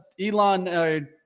Elon